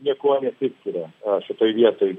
niekuo nesiskiria šitoj vietoj